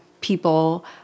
people